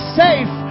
safe